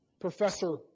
Professor